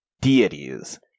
deities